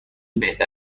بهتر